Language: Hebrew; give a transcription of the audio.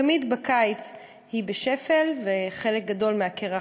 תמיד בקיץ היא בשפל וחלק גדול מהקרח,